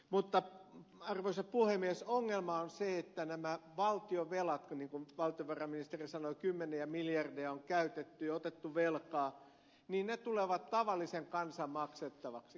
mutta arvoisa puhemies ongelma on se että nämä valtionvelat niin kuin valtiovarainministeri sanoi kymmeniä miljardeja on käytetty otettu velkaa tulevat tavallisen kansan maksettavaksi